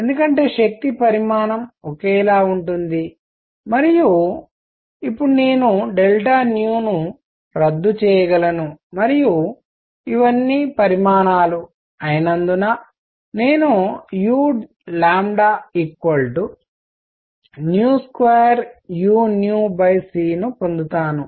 ఎందుకంటే శక్తి పరిమాణము ఒకేలా ఉంటుంది మరియు ఇప్పుడు నేను ను రద్దు చేయగలను మరియు ఇవన్నీ పరిమాణాలు మగ్నిట్యూడ్ విలువలు అయినందున నేను u 2uc ను పొందుతాను